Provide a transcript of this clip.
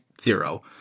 Zero